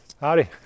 howdy